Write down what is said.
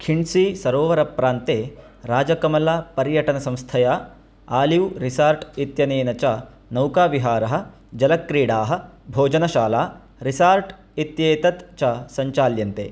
खिण्सीसरोवरप्रान्ते राजकमलापर्यटनसंस्थया olive resort इत्यनेन च नौकाविहारः जलक्रीडाः भोजनशाला रिसार्ट् इत्येतत् च सञ्चाल्यन्ते